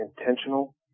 intentional